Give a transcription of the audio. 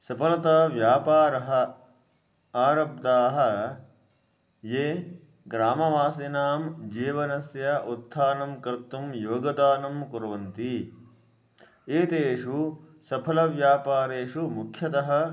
सफलता व्यापारः आरब्धाः ये ग्रामवासिनां जीवनस्य उत्थानं कर्तुं योगदानं कुर्वन्ति एतेषु सफलव्यापारेषु मुख्यतः